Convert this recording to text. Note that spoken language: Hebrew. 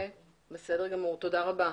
תודה רבה.